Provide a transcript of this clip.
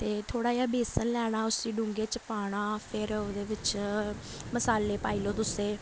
ते थोह्ड़ा जेहा बेसन लैना उस्सी डूंह्गे च पाना फिर ओह्दे बिच्च मसाले पाई लेऔ तुस एह्